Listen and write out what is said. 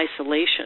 isolation